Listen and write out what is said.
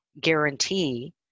guarantee